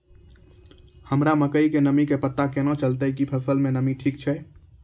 हमरा मकई के नमी के पता केना चलतै कि फसल मे नमी ठीक छै?